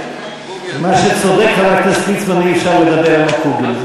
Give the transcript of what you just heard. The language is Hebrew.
במה שצודק חבר הכנסת ליצמן, אי-אפשר לדבר על קוגל.